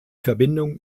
verbindung